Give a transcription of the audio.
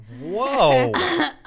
Whoa